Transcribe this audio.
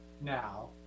now